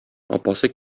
апасы